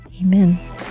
Amen